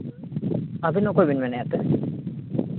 ᱟᱹᱵᱤᱱ ᱫᱚ ᱚᱠᱚᱭ ᱵᱮᱱ ᱢᱮᱱᱮᱫᱼᱟ ᱮᱱᱛᱮᱫ